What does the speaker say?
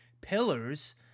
pillars